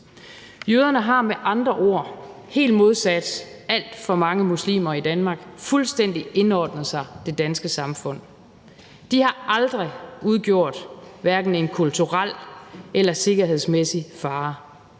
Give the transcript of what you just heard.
Jøderne har med andre ord, helt modsat alt for mange muslimer i Danmark, fuldstændig indordnet sig det danske samfund. De har aldrig udgjort en kulturel eller sikkerhedsmæssig fare.